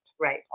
Right